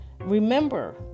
Remember